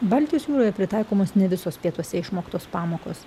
baltijos jūroje pritaikomos ne visos pietuose išmoktos pamokos